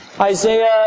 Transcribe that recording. Isaiah